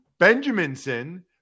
Benjaminson